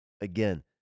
again